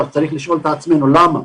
צריך לשאול את עצמנו למה,